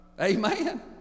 Amen